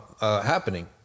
happening